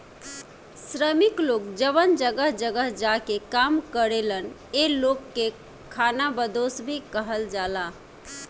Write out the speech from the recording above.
श्रमिक लोग जवन जगह जगह जा के काम करेलन ए लोग के खानाबदोस भी कहल जाला